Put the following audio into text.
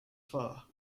far